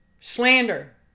slander